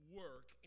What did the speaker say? work